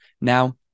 Now